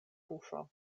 buŝo